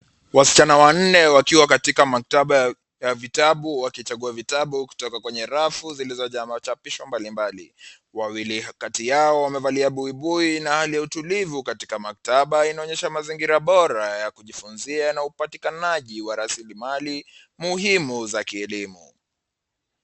Wasichana wanne wakiwa katika maktaba ya vitabu wakichagua vitabu kutoka kwenye rafu, zilizojaa majapisho mbalimbali. Wawili kati yao wamevalia buibui, na hali ya utulivu katika maktaba, inaonyesha mazingira bora ya kujifunzia na upatikanaji wa rasilimali muhimu za kielimu.